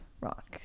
rock